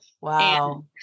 Wow